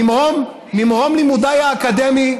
ממרום לימודיי האקדמיים,